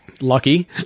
Lucky